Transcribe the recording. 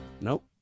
nope